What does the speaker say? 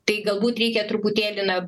tai galbūt reikia truputėlį na